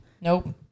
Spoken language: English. Nope